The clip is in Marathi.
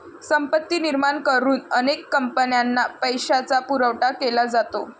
संपत्ती निर्माण करून अनेक कंपन्यांना पैशाचा पुरवठा केला जातो